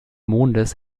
mondes